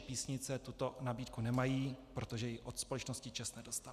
Písnice tuto nabídku nemají, protože ji od společnosti ČEZ nedostali.